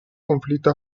conflitto